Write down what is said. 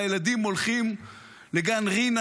והילדים הולכים לגן רינה,